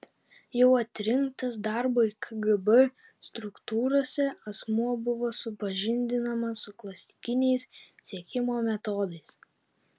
jau atrinktas darbui kgb struktūrose asmuo buvo supažindinamas su klasikiniais sekimo metodais